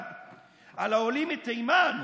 חנניה,